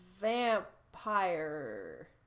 Vampire